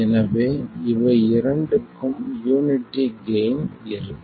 எனவே இவை இரண்டுக்கும் யூனிட்டி கெய்ன் இருக்கும்